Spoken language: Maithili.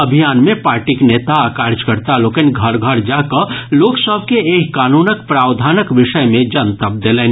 अभियान मे पार्टीक नेता आ कार्यकर्ता लोकनि घर घर जा कऽ लोक सभ के एहि कानूनक प्रावधानक विषय मे जनतब देलनि